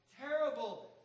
terrible